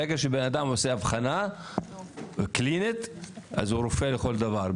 ברגע שאדם עושה אבחון קליני אז הוא רופא לכל דבר.